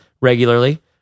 regularly